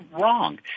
wrong